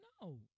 No